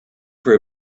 for